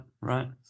right